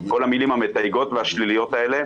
כל המילים המתייגות והשליליות האלה.